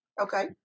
Okay